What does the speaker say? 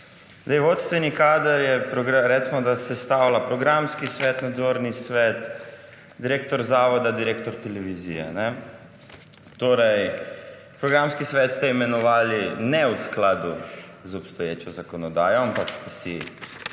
Vodstveni kader recimo da sestavlja programski svet, nadzorni svet, direktor zavoda, direktor televizije. Programski svet ste imenovali ne v skladu z obstoječo zakonodajo, ampak ste si